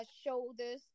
shoulders